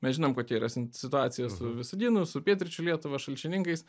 mes žinom kokia yra situacija su visaginu su pietryčių lietuva šalčininkais